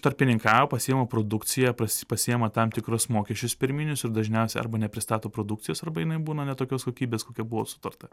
tarpininkauja pasiima produkciją pars pasiima tam tikrus mokesčius pirminius ir dažniausia arba nepristato produkcijos arba jinai būna ne tokios kokybės kokia buvo sutarta